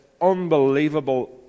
unbelievable